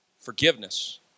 Forgiveness